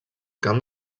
camp